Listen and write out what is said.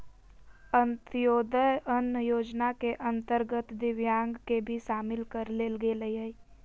अंत्योदय अन्न योजना के अंतर्गत दिव्यांग के भी शामिल कर लेल गेलय हइ